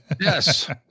Yes